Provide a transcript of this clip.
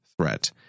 threat